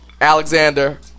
Alexander